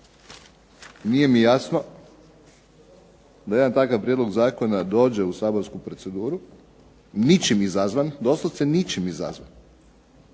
nije mi jasno da jedan takav prijedlog zakona dođe u saborsku proceduru ničim izazvan, doslovce ničim izazvan.